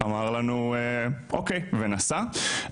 אמר לנו אוקיי ונסע.